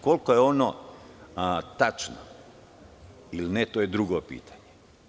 Koliko je ono tačno ili ne, to je drugo pitanje.